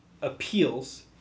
appeals